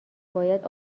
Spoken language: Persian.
باید